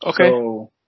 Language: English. Okay